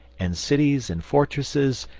and cities and fortresses,